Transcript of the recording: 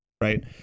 right